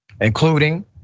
including